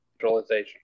centralization